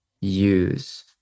use